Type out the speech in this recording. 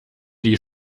die